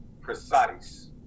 precise